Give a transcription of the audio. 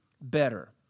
better